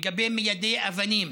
לגבי מיידי אבנים